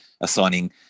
assigning